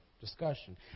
discussion